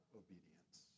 obedience